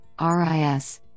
RIS